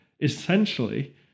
essentially